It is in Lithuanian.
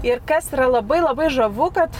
ir kas yra labai labai žavu kad